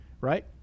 right